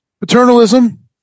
Paternalism